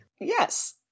Yes